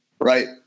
right